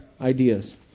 ideas